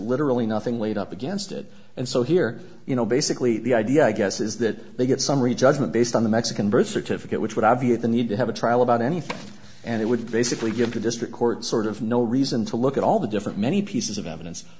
literally nothing laid up against it and so here you know basically the idea i guess is that they get summary judgment based on the mexican birth certificate which would obviate the need to have a trial about anything and it would basically give the district court sort of no reason to look at all the different many pieces of evidence